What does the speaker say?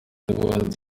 ubundi